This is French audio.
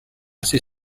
ses